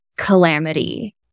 calamity